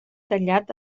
tallat